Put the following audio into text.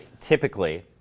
typically